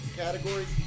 category